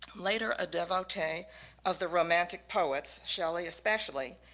later a devotee of the romantic poets, shelly especially,